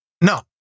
No